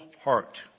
heart